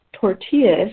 tortillas